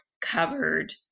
covered